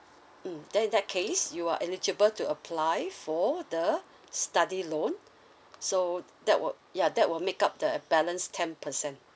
mm then in that case you are eligible to apply for the study loan so that will ya that will make up the uh balance ten percent